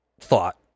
thought